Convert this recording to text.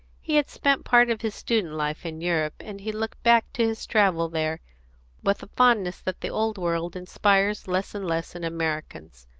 he had spent part of his student life in europe, and he looked back to his travel there with a fondness that the old world inspires less and less in americans.